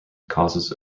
causes